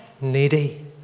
needy